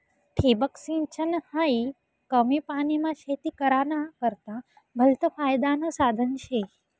ठिबक सिंचन हायी कमी पानीमा शेती कराना करता भलतं फायदानं साधन शे